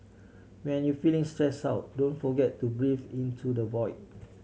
when you feeling stressed out don't forget to breathe into the void